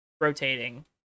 Rotating